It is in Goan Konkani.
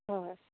होय